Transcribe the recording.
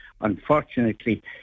Unfortunately